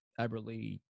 Everly